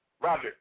Roger